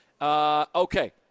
Okay